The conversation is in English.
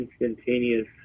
instantaneous